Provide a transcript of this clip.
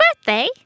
birthday